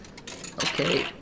Okay